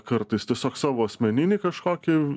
kartais tiesiog savo asmeninį kažkokį